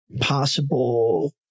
possible